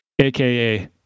aka